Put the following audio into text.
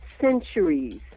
centuries